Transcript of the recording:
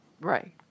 right